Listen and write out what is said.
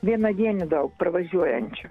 vienadienių daug pravažiuojančių